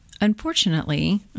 Unfortunately